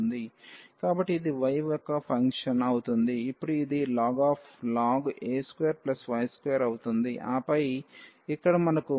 కాబట్టి ఇది y యొక్క ఫంక్షన్ అవుతుంది ఇప్పుడు ఇది ln a2y2 అవుతుంది ఆపై ఇక్కడ మనకు మైనస్ ln కూడా ఉంటుంది